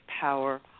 power